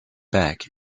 back